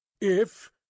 If